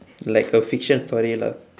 like a fiction story lah